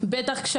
לא ידעתי איך לדבר,